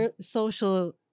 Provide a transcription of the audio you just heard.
social